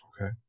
Okay